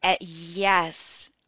Yes